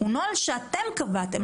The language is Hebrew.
הוא נוהל שאתם קבעתם,